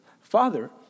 father